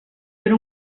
per